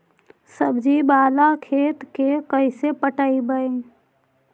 सब्जी बाला खेत के कैसे पटइबै?